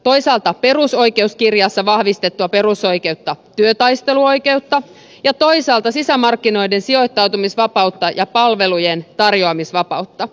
toisaalta perusoikeuskirjassa vahvistettua perusoikeutta työtaisteluoikeutta ja toisaalta sisämarkkinoiden sijoittautumisvapautta ja palvelujen tarjoamisvapautta